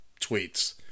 tweets